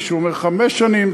מישהו אומר חמש שנים,